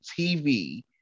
TV